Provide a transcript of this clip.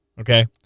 Okay